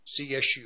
CSU